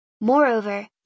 Moreover